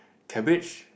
cabbage